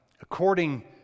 according